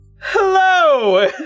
Hello